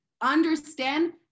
understand